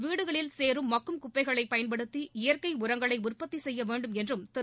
வீடுகளில் சேறும் மக்கும் குப்பைகளை பயன்படுத்தி இயற்கை உரங்களை உற்பத்தி செய்ய வேண்டும் என்றும் திரு